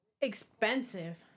expensive